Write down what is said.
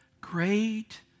Great